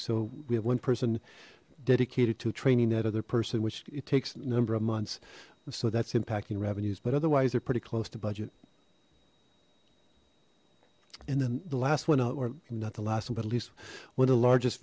so we have one person dedicated to training that other person which it takes a number of months so that's impacting revenues but otherwise they're pretty close to budget and then the last one or not the last one but at least one of the largest